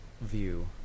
view